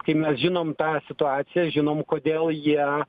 kai mes žinom tą situaciją žinom kodėl jie